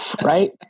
Right